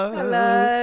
hello